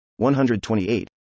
128